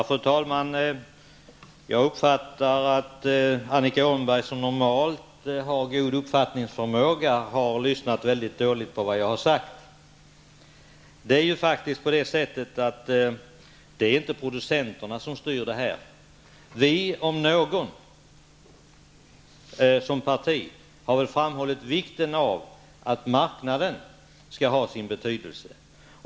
Fru talman! Jag uppfattar att Annika Åhnberg, som normalt har god uppfattningsförmåga, har lyssnat mycket dåligt på vad jag har sagt. Det är inte producenterna som styr. Moderata samlingspartiet om något parti har framhållit vikten av att marknaden skall ha sin betydelse.